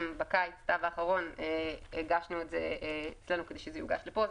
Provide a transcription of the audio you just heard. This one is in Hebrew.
ובקיץ-סתיו האחרונים הגשנו את זה אצלנו כדי שזה יוגש לפה.